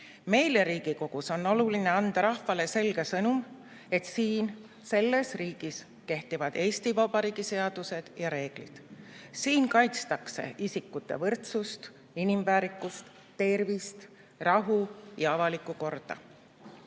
Meile Riigikogus on oluline anda rahvale selge sõnum, et siin selles riigis kehtivad Eesti Vabariigi seadused ja reeglid. Siin kaitstakse isikute võrdsust, inimväärikust, tervist, rahu ja avalikku korda.